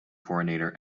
coordinator